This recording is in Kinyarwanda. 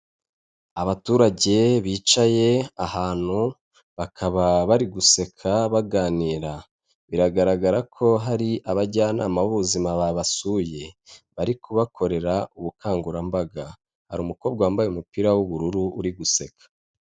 Abaturage bicaye ahantu bakaba bari guseka baganira biragaragara ko hari abajyanama b'ubuzima babasuye bari kubakorera ubukangurambaga, hari umukobwa wambaye umupira w'ubururu uri guseka.